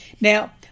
Now